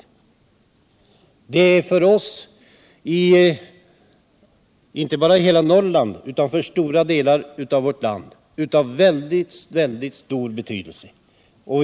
Detta är av synnerligen stor betydelse inte bara för hela Norrland utan också för andra delar av vårt land.